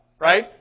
Right